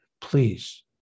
Please